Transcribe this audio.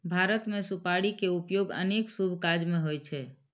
भारत मे सुपारी के उपयोग अनेक शुभ काज मे होइ छै